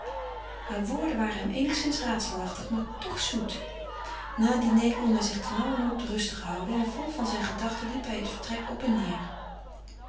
hare woorden waren hem eenigszins raadselachtig maar toch zoet na het diner kon hij zich ternauwernood rustig houden en vol van zijne gedachten liep hij het vertrek op en neêr